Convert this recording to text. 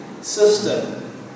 system